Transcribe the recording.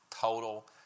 total